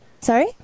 Sorry